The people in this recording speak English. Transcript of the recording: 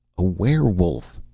a werewolf,